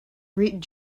read